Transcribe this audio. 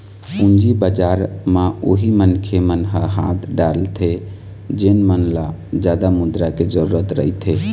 पूंजी बजार म उही मनखे मन ह हाथ डालथे जेन मन ल जादा मुद्रा के जरुरत रहिथे